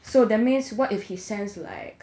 so that means what if he sends like